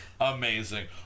Amazing